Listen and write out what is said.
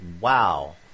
wow